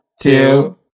two